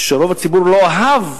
שרוב הציבור לא אהב,